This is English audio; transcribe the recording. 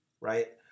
right